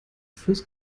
fürs